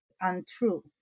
untrue